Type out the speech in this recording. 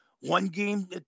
one-game